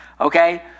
okay